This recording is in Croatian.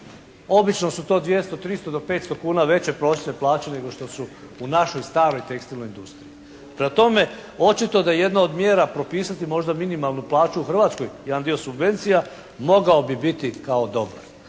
Obično su to 200, 300 do 500 kuna veće prosječne plaće nego što su u našoj staroj tekstilnoj industriji. Prema tome očito da jedna od mjera propisati možda minimalnu plaću u Hrvatskoj, jedan dio subvencija, mogao bi biti kao dobar.